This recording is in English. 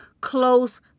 close